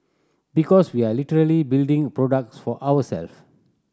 because we are literally building products for ourselves